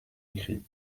écrit